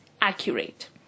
accurate